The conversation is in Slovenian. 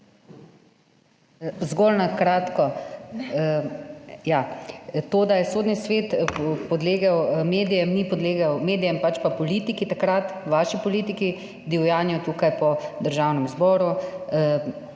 Zgolj na kratko. To, da je Sodni svet podlegel medijem, ni podlegel medijem, pač pa takratni politiki, vaši politiki divjanja tukaj po Državnem zboru.